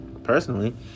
personally